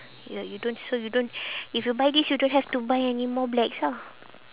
ya you don't so you don't if you buy this you don't have to buy any more blacks ah